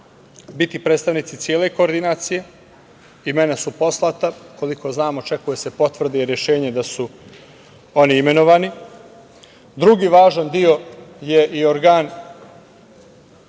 biti predstavnici cele koordinacije. Imena su poslata, koliko znam očekuje se potvrda i rešenje da su oni imenovani. Drugi važan deo je i organ